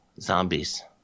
zombies